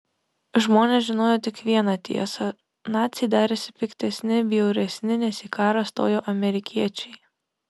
žmonės žinojo tik vieną tiesą naciai darėsi piktesni bjauresni nes į karą stojo amerikiečiai